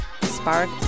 spark